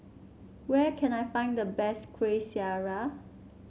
where can I find the best Kuih Syara